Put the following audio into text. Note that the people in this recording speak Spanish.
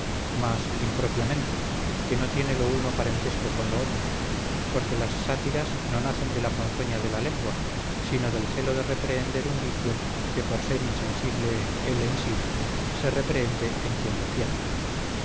lengua mas impropiamente que no tiene lo uno parentesco con lo otro porque las sátiras no nacen de la ponzoña de la lengua sino del celo de reprehender un vicio que por ser insensible él en sí se reprehende en quien lo tiene